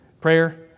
prayer